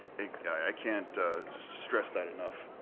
i can't stress that enough.